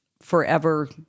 forever